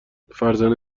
فرزانه